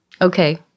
Okay